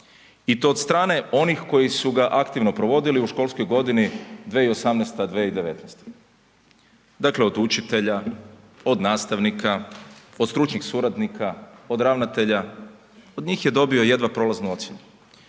i to od strane onih koji su ga aktivno provodili u školskoj godini 2018./2019. Dakle, od učitelja, od nastavnika, od stručnih suradnika, od ravnatelja, od njih je dobio jedva prolaznu ocjenu.